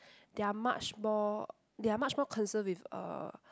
they are much more they are much more concerned with uh